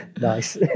nice